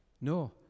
no